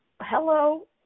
hello